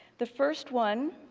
the first one,